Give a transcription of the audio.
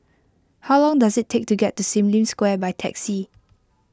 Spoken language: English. how long does it take to get to Sim Lim Square by taxi